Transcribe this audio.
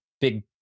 big